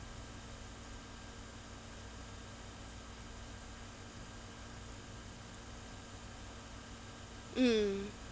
mm